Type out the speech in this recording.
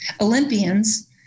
Olympians